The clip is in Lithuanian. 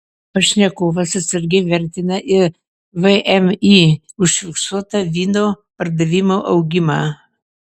pašnekovas atsargiai vertina ir vmi užfiksuotą vyno pardavimų augimą